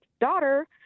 daughter